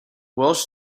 welsh